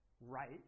right